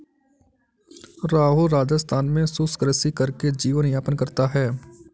राहुल राजस्थान में शुष्क कृषि करके जीवन यापन करता है